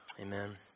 Amen